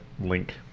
Link